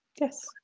Yes